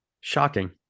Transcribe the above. shocking